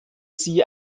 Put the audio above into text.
sie